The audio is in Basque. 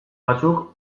batzuk